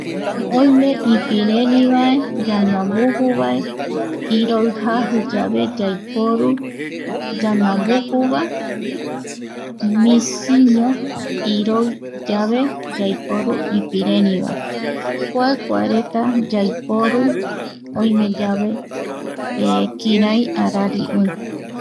Oime ipirerivae, yandambujuvae, iroi jaji yave yaiporu, yandambujuva, nisiño iroi yave yaiporu ipirerivae kua kuareta yaiporu oime yave kirai arari oï.